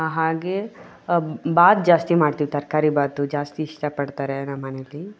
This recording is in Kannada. ಹಾಗೇ ಭಾತು ಜಾಸ್ತಿ ಮಾಡ್ತೀವಿ ತರಕಾರಿ ಭಾತು ಜಾಸ್ತಿ ಇಷ್ಟಪಡ್ತಾರೆ ನಮ್ಮ ಮನೆಯಲ್ಲಿ